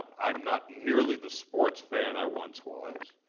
i'm not nearly the sports fan i once was.